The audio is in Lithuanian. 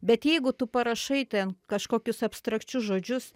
bet jeigu tu parašai ten kažkokius abstrakčius žodžius